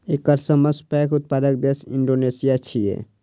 एकर सबसं पैघ उत्पादक देश इंडोनेशिया छियै